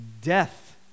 death